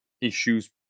issues